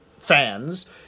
fans